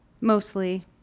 Mostly